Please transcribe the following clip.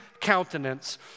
countenance